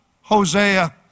Hosea